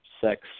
sex